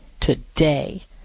today